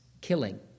killing